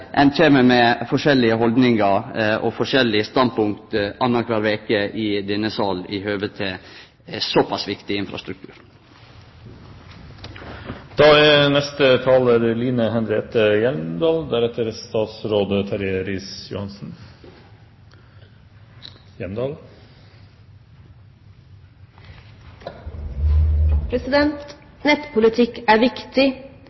ein kjem med forskjellige haldningar og forskjellige standpunkt annakvar veke i denne sal i høve til ein såpass viktig infrastruktur. Nettpolitikk er viktig. Nettpolitikk er viktig for å sikre forsyningssikkerheten for strøm i hele landet vårt. Nettpolitikk er viktig